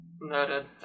Noted